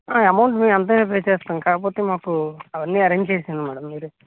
ఆ అమౌంట్ మేము ఎంత అయిన పే చేస్తాము కాకపోతే మాకు అవన్నీ అరేంజ్ చేసి ఇవ్వండి మ్యాడం మీరే